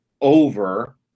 over